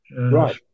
Right